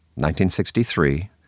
1963